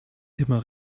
immer